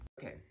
Okay